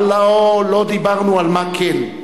אבל לא דיברנו על מה כן.